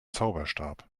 zauberstab